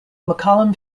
mccollum